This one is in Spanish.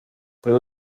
puede